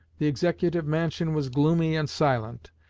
the executive mansion was gloomy and silent.